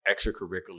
extracurricular